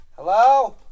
Hello